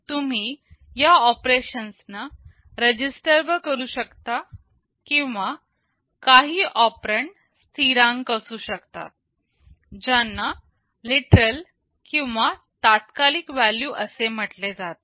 तुम्ही या ऑपरेशन्स ना रजिस्टरवर करू शकता किंवा काही ऑपेरन्ड स्थिरांक असू शकतात ज्यांना लिटरल किंवा तात्कालिक व्हॅल्यू असे म्हटले जाते